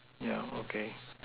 yeah okay